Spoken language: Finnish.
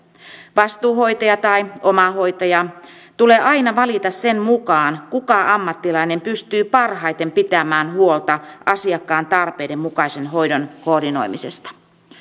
vastuuhoitaja tai omahoitaja tulee aina valita sen mukaan kuka ammattilainen pystyy parhaiten pitämään huolta asiakkaan tarpeiden mukaisen hoidon koordinoimisesta